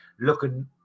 looking